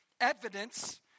evidence